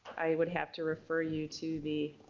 i would have to refer you to the